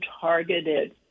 targeted